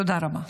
תודה רבה.